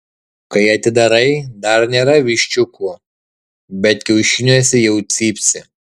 kai atidarai dar nėra viščiukų bet kiaušiniuose jau cypsi